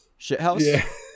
Shithouse